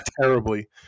terribly